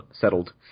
settled